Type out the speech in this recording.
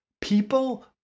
People